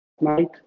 night